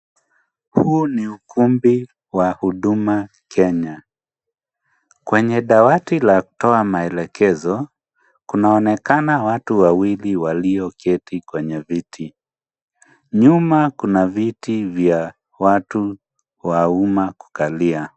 Huu ni ukumbi wa huduma Kenya, kwenye dawati la kutoa maelekezo kuna onekana watu wawili walioketi kwenye viti, nyuma kuna viti vya watu wa umma kukalia.